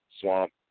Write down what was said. Swamp